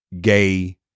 gay